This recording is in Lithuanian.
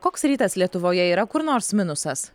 koks rytas lietuvoje yra kur nors minusas